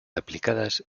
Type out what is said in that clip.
aplicadas